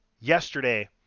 yesterday